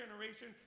generation